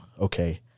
okay